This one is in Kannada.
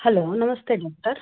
ಹಲೋ ನಮಸ್ತೆ ಡಾಕ್ಟರ್